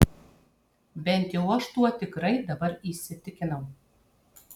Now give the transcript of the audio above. bent jau aš tuo tikrai dabar įsitikinau